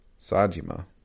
Sajima